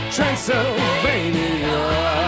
Transylvania